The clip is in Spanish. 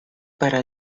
para